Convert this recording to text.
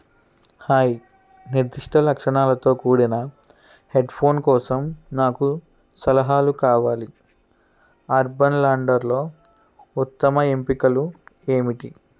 hi నిర్దిష్ట లక్షణాలతో కూడిన హెడ్ఫోన్ కోసం నాకు సలహాలు కావాలి అర్బన్ లడ్డర్లో ఉత్తమ ఎంపికలు ఏమిటి